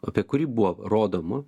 apie kurį buvo rodoma